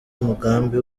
mugambi